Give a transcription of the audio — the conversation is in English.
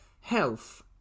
health